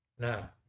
Now